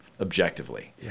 objectively